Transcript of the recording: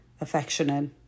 affectionate